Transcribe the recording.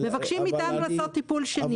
מבקשים מאתנו לעשות טיפול שני.